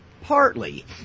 partly